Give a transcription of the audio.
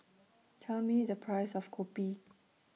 Tell Me The Price of Kopi